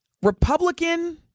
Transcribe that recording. Republican